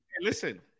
Listen